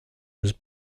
was